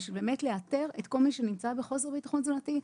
כדי באמת לאתר את כל מי שנמצא בחוסר ביטחון תזונתי.